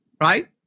right